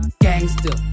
gangster